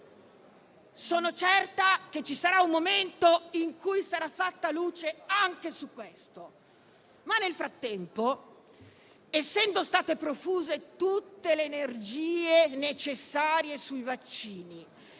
Sono certa che ci sarà un momento in cui sarà fatta luce anche su questo nel frattempo, essendo state profuse tutte le energie necessarie sui vaccini